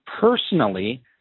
personally